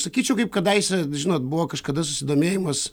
sakyčiau kaip kadaise žinot buvo kažkada susidomėjimas